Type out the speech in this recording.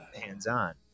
hands-on